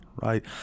right